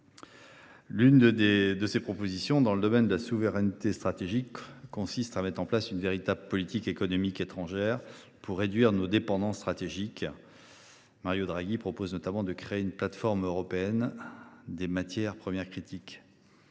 4,5 % du PIB européen. Dans le domaine de la souveraineté stratégique, l’une de ces propositions consiste à mettre en place une véritable « politique économique étrangère » pour réduire nos dépendances stratégiques. Mario Draghi propose notamment de créer une « plateforme européenne des matières premières critiques